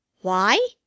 Why